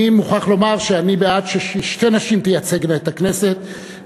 אני מוכרח לומר שאני בעד ששתי נשים תייצגנה את הכנסת,